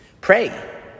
Pray